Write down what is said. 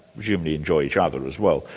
presumably enjoy each other as well.